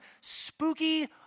spooky